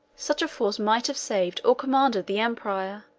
such a force might have saved or commanded the empire